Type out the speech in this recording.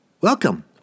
Welcome